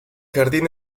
jardín